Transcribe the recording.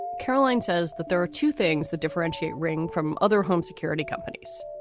caroline says that there are two things that differentiate ring from other home security companies.